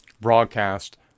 broadcast